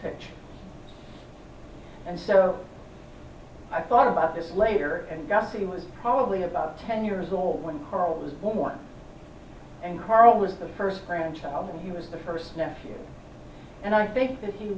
page and so i thought about this later and got the was probably about ten years old when carl was born and carl was the first grandchild and he was the first nephew and i think th